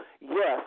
yes